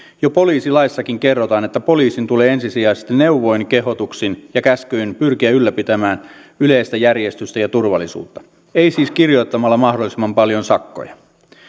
jo poliisilaissakin kerrotaan että poliisin tulee ensisijaisesti neuvoin kehotuksin ja käskyin pyrkiä ylläpitämään yleistä järjestystä ja turvallisuutta ei siis kirjoittamalla mahdollisimman paljon sakkoja